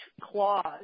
clause